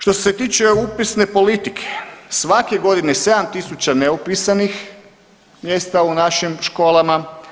Što se tiče upisne politike, svake godine je 7.000 neupisanih mjesta u našim školama.